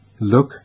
Look